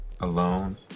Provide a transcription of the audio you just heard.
alone